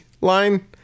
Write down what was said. line